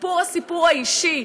בסיפור הסיפור האישי,